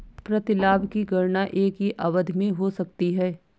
प्रतिलाभ की गणना एक ही अवधि में हो सकती है